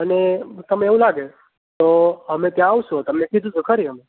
અને તમને એવું લાગે તો અમે ત્યાં આવીશું તમને કીધું તો ખરી અમે